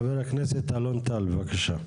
חבר הכנסת אלון טל, בבקשה.